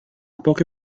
poche